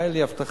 היתה לי הבטחה,